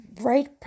right